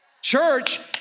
Church